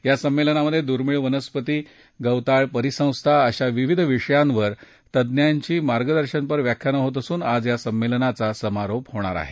या संमेलनात दुर्मिळ वनस्पती गवताळ परिसंस्था अशा विविध विषयांवर तज्ज्ञांची मार्गदर्शनपर व्याख्यानं होत असून आज या संमलेनाचा समारोप होणार आहे